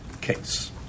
case